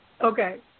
Okay